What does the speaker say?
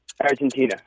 Argentina